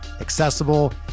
accessible